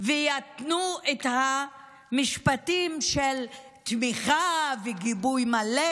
וייתנו את המשפטים של תמיכה וגיבוי מלא.